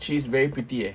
she's very pretty eh